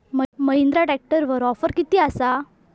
महिंद्रा ट्रॅकटरवर ऑफर किती आसा?